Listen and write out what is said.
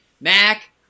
Mac